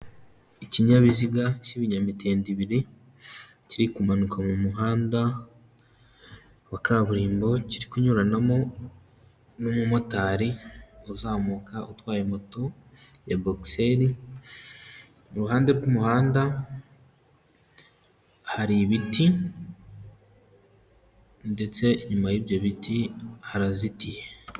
Ikinyabiziga cy'ibinyamitende ibiri kiri kumanuka mu muhanda wa kaburimbo, kiri kunyuranamo n'umumotari uzamuka utwaye moto ya bogiseri. Iruhande rw'umuhanda hari ibiti ndetse inyuma y'ibyo biti harazitiye.